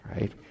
right